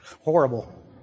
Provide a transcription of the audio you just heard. horrible